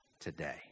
today